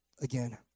again